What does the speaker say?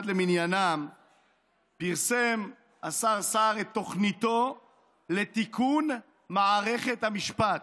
בינואר 2021 למניינם פרסם השר סער את תוכניתו לתיקון מערכת המשפט,